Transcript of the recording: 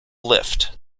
lift